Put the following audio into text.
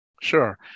Sure